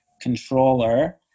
controller